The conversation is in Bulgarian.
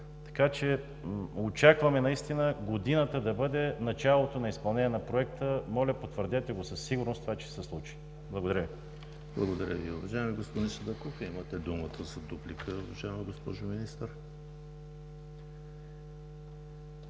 Така че очакваме наистина в годината да бъде началото на изпълнение на Проекта. Моля, потвърдете със сигурност, че това ще се случи. Благодаря Ви.